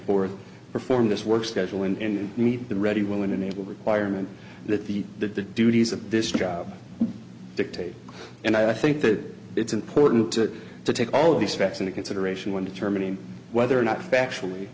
forth perform this work schedule in meet the ready willing and able requirement that the duties of this job dictate and i think that it's important to take all of these facts into consideration when determining whether or not factually